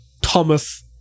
Thomas